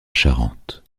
charente